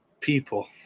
people